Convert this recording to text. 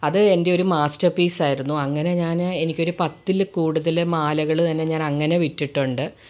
അത് എൻ്റെ ഒരു മാസ്റ്റർപീസ്സായിരുന്നു അങ്ങനെ ഞാന് എനിക്കൊര് പത്തില് കൂടുതൽ മാലകള് തന്നെ ഞാനങ്ങനെ വിറ്റിട്ടുണ്ട്